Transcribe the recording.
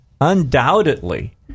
undoubtedly